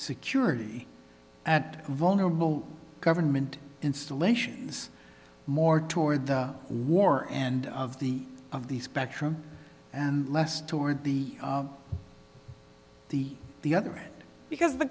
security at vulnerable government installations more toward the war and of the of the spectrum toward the the the other because the